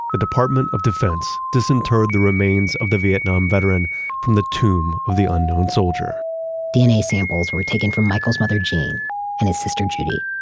the department of defense disinterred the remains of the vietnam veteran from the tomb of the unknown soldier dna samples were taken from michael's mother jean and his sister judy,